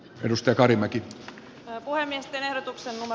edustaja kari mäki koivuainesten otoksemme